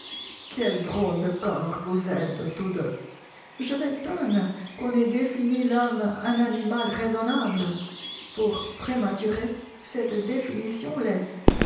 quels drôles de corps vous êtes tous deux je m'étonne qu'on ait défini l'homme un animal raisonnable pour prématurée cette définition l'est